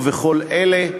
ובכל אלה,